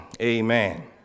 amen